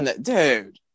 Dude